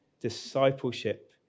Discipleship